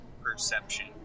perception